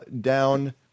down